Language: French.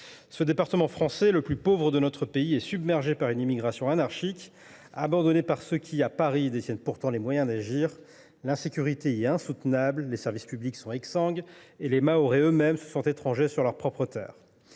Ce département, le plus pauvre de France, est submergé par une immigration anarchique, abandonné par ceux qui, à Paris, détiennent les moyens d’agir. L’insécurité y est insoutenable, les services publics y sont exsangues et les Mahorais eux mêmes se sentent étrangers sur leur propre terre.